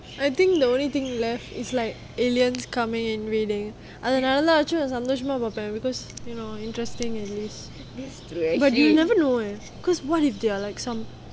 I think the only thing left is like alien coming really அது நடந்தா:athu nadanthaa achum சந்தோசமா பாப்பான்:santhoshamaa paapaan because you know interesting at least but you never know eh because what if they're like some